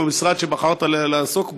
אבל המשרד שבחרת לעסוק בו,